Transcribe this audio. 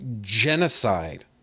genocide